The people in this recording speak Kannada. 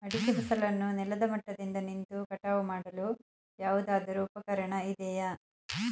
ಅಡಿಕೆ ಫಸಲನ್ನು ನೆಲದ ಮಟ್ಟದಿಂದ ನಿಂತು ಕಟಾವು ಮಾಡಲು ಯಾವುದಾದರು ಉಪಕರಣ ಇದೆಯಾ?